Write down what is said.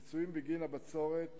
ופיצויים בגין הבצורת.